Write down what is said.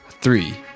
three